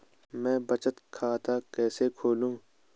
मैं बचत खाता कैसे खोलूँ?